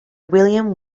william